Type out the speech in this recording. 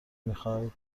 میخوای